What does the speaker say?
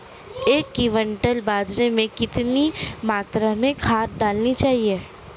एक क्विंटल बाजरे में कितनी मात्रा में खाद डालनी चाहिए?